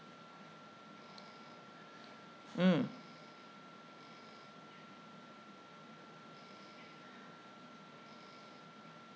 mm